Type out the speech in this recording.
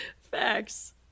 facts